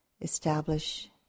establish